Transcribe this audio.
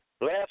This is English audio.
Last